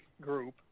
group